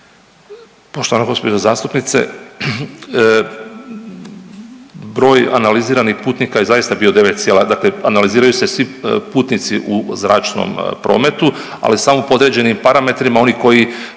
Poštovana gospođo zastupnice broj analiziranih putnika je zaista bio 9 cijela, dakle analiziraju se svi putnici u zračnom prometu, ali samo po određenim parametrima oni koji